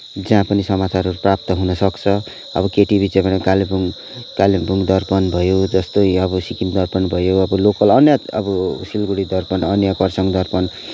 जहाँ पनि समाचारहरू प्राप्त हुनसक्छ अब केटिभी च्यानल कालिम्पोङ कालिम्पोङ दर्पण भयो जस्तै अब सिक्किम दर्पण भयो अब लोकल अन्य अब सिलगढी दर्पण अनि यहाँ खरसाङ दर्पण